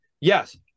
yes